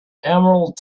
emerald